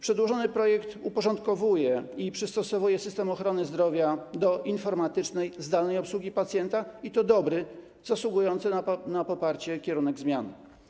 Przedłożony projekt uporządkowuje i przystosowuje system ochrony zdrowia do informatycznej, zdalnej obsługi pacjenta i to dobry, zasługujący na poparcie kierunek zmian.